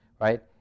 right